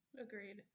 agreed